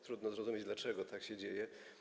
Trudno zrozumieć, dlaczego tak się dzieje.